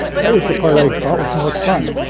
that was the part i thought was most fun.